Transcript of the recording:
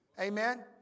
Amen